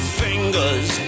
fingers